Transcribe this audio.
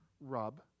rub